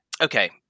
okay